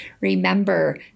remember